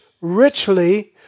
richly